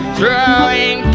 throwing